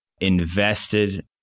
Invested